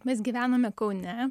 mes gyvenome kaune